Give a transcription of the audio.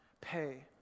pay